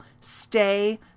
Stay